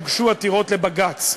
הוגשו עתירות לבג"ץ.